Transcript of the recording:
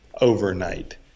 overnight